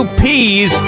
peas